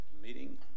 Meeting